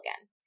again